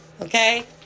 Okay